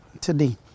today